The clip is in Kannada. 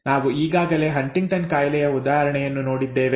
ನಾವು ಈಗಾಗಲೇ ಹಂಟಿಂಗ್ಟನ್ ಕಾಯಿಲೆಯ ಉದಾಹರಣೆಯನ್ನು ನೋಡಿದ್ದೇವೆ